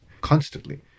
constantly